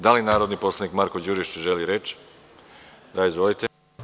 Da li narodni poslanik Marko Đurišić, želi reč? (Da.) Izvolite.